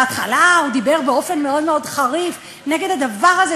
בהתחלה הוא דיבר באופן מאוד מאוד חריף נגד הדבר הזה,